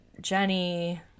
Jenny